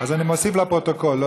אז אני מוסיף לפרוטוקול.